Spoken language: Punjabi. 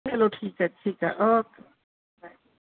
ਚਲੋ ਠੀਕ ਹੈ ਠੀਕ ਹੈ ਓਕੇ ਬਾਏ